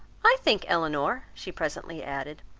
i think, elinor, she presently added,